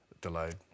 Delayed